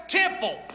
temple